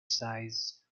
size